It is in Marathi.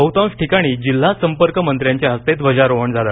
बहुतांश ठिकाणी जिल्हा संपर्कमंत्र्यांच्या हस्ते ध्वजारोहण झालं